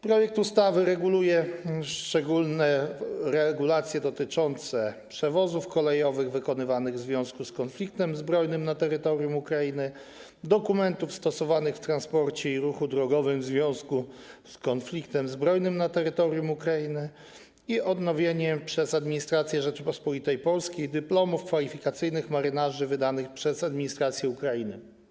Projekt ustawy wprowadza szczególne regulacje dotyczące przewozów kolejowych wykonywanych w związku z konfliktem zbrojnym na terytorium Ukrainy, dokumentów stosowanych w transporcie i ruchu drogowym w związku z konfliktem zbrojnym na terytorium Ukrainy i odnowieniem przez administrację Rzeczypospolitej Polskiej dyplomów kwalifikacyjnych marynarzy wydanych przez administrację Ukrainy.